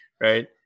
right